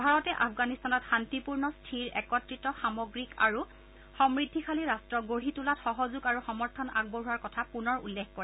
ভাৰতে আফগানিস্তানত শান্তিপূৰ্ণ স্থিৰ একত্ৰিত সামগ্ৰিক আৰু সমৃদ্ধিশালী ৰাট্ট গঢ়ি তোলাত সহযোগ আৰু সমৰ্থন আগবঢ়োৱাৰ কথা পূনৰ উল্লেখ কৰে